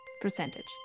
Percentage